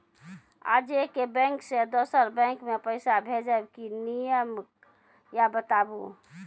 आजे के बैंक से दोसर बैंक मे पैसा भेज ब की नियम या बताबू?